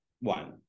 one